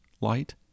light